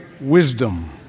wisdom